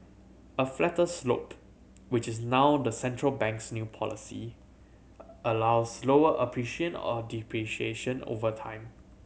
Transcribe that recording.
a flatter slope which is now the central bank's new policy allows slower appreciation or depreciation over time